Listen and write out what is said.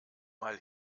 mal